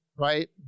Right